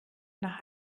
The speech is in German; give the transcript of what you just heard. nach